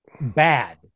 bad